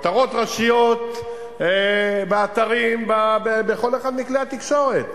כותרות ראשיות באתרים בכל אחד מכלי התקשורת.